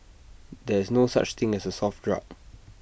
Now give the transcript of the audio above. there is no such thing as A soft drug